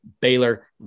Baylor